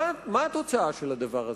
מה התוצאה של זה?